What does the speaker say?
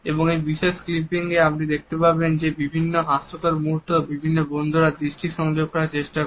এবং এই বিশেষ ক্লিপিং সে আপনি দেখতে পাচ্ছেন যে বিভিন্ন হাস্যকর মুহূর্ত বিভিন্ন বন্ধুরা দৃষ্টি সংযোগ করার চেষ্টা করে